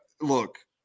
look